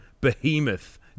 behemoth